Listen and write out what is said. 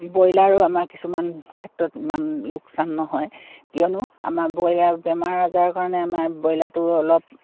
ব্ৰইলাৰো আমাৰ কিছুমান ক্ষেত্ৰত ইমান লোকচান নহয় কিয়নো আমাৰ বইলাৰ বেমাৰ আজাৰৰ কাৰণে আমাৰ ব্ৰইলাৰটো অলপ